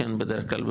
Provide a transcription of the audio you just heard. בדרך כלל,